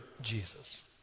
Jesus